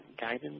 guidance